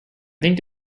think